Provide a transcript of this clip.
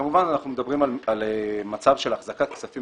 כמובן אנחנו מדברים על מצב של החזקת כספים